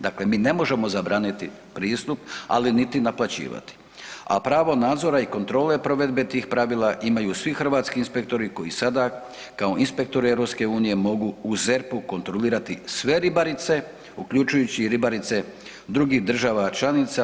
Dakle, mi ne možemo zabraniti pristup, ali niti naplaćivati, a pravo nadzore i kontrole provedbe tih pravila imaju svi hrvatski inspektori koji sada kao inspektori EU mogu u ZERP-u kontrolirati sve ribarice, uključujući i ribarice drugih država članica.